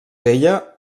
ella